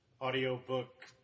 audiobook